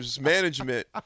management